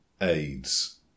aids